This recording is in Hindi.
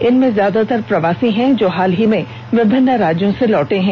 इनमें ज्यादातर प्रवासी हैं जो हाल ही में विभिन्न राज्यों से लौटे हैं